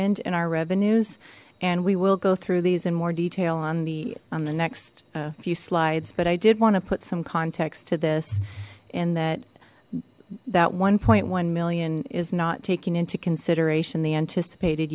end in our revenues and we will go through these in more detail on the on the next few slides but i did want to put some context to this and that that one point one million is not taking into consideration the anticipated